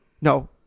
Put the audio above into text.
No